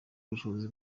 ubushobozi